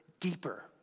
deeper